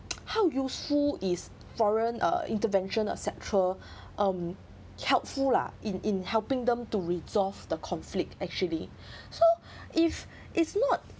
how useful is foreign uh intervention et cetera um helpful lah in in helping them to resolve the conflict actually so if it's not